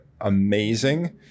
amazing